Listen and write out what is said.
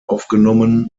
aufgenommen